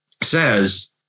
says